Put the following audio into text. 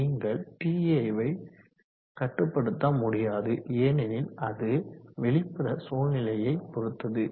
நீங்கள் TA ஐ கட்டுப்படுத்த முடியாது ஏனெனில் அது வெளிப்புற சூழ்நிலையை பொறுத்தது